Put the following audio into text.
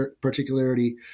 particularity